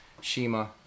shima